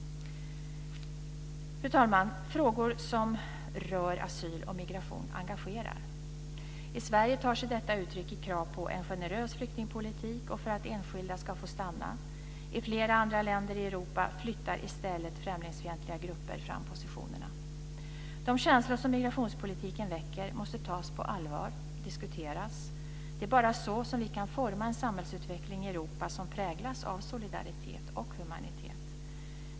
Fru talman! Frågor som rör asyl och migration engagerar. I Sverige tar sig detta uttryck i krav på en generös flyktingpolitik och för att enskilda ska få stanna. I flera andra länder i Europa flyttar i stället främlingsfientliga grupper fram positionerna. De känslor som migrationspolitiken väcker måste tas på allvar och diskuteras. Det är bara så som vi kan forma en samhällsutveckling i Europa som präglas av solidaritet och humanitet.